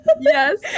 Yes